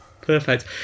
Perfect